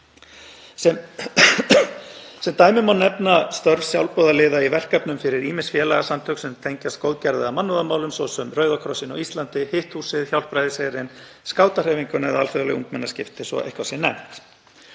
Sem dæmi má nefna störf sjálfboðaliða í verkefnum fyrir ýmis félagasamtök sem tengjast góðgerðar- eða mannúðarmálum, svo sem fyrir Rauða krossinn á Íslandi, Hitt húsið, Hjálpræðisherinn, skátahreyfinguna eða Alþjóðleg ungmennaskipti svo eitthvað sé nefnt.